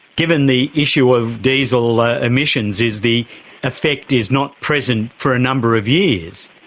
given the issue of diesel emissions is the effect is not present for a number of years,